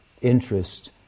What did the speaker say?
interest